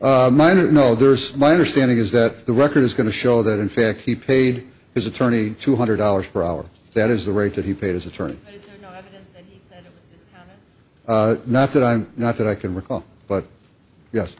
miner no there's my understanding is that the record is going to show that in fact he paid his attorney two hundred dollars per hour that is the rate that he paid his attorney not that i'm not that i can recall but yes